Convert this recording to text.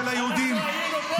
של היהודים,